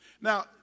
Now